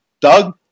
Doug